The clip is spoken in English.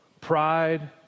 pride